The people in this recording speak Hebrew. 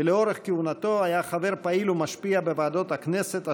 ולאורך כהונתו היה חבר פעיל ומשפיע בוועדות הכנסת השונות.